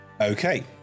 Okay